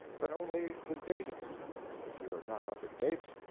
but only the date of it if you are not up in dates,